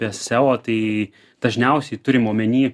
apie seo taidažniausiai turima omeny